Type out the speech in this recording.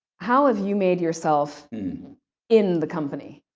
how have you made yourself in the company?